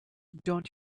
don’t